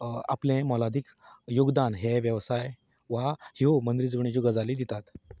आपलें मोलादीक योगदान हे वेवसाय वा ह्यो मनरिजवणेच्यो गजाली दितात